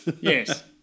yes